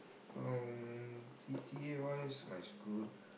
um C_C_A wise my school